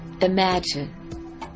imagine